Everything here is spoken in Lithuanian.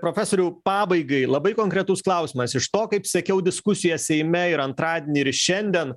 profesoriau pabaigai labai konkretus klausimas iš to kaip sekiau diskusiją seime ir antradienį ir šiandien